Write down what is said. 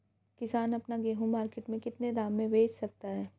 किसान अपना गेहूँ मार्केट में कितने दाम में बेच सकता है?